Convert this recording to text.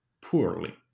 poorly